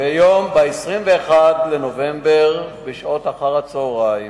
ב-21 בנובמבר, בשעות אחר הצהריים,